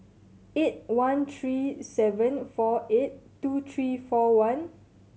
eight one three seven four eight two three four one